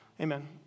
Amen